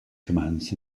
commands